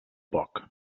poc